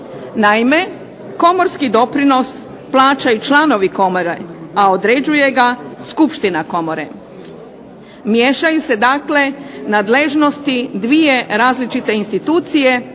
Naime, komorski doprinos plaćaju članovi komore, a određuje ga skupština komore. Miješaju se dakle nadležnosti dvije različite institucije,